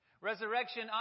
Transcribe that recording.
Resurrection